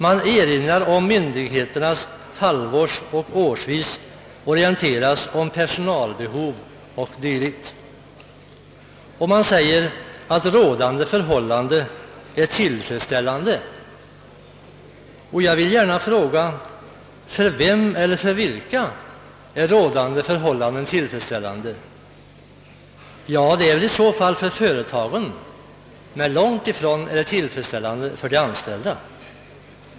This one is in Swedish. Man erinrar om att myndigheterna halvårsoch årsvis orienteras om personalbehov 0. d., och man säger att rådande förhållanden är tillfredsställande. Jag vill då gärna fråga: För vem eller för vilka är rådande förhållanden tillfredsställande? Det är väl i så fall för företagen, men långt ifrån är de tillfredsställande för de anställda.